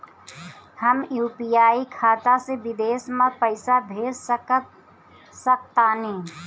हम यू.पी.आई खाता से विदेश म पइसा भेज सक तानि?